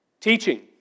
Teaching